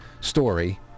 story